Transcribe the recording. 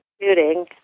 shooting